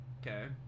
Okay